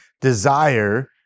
desire